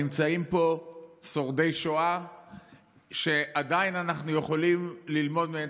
נמצאים פה שורדי שואה שאנחנו עדיין יכולים ללמוד מהם,